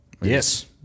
Yes